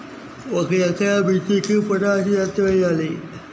ఒక ఎకరా మిర్చీకి పొటాషియం ఎంత వెయ్యాలి?